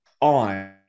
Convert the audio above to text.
on